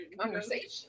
conversation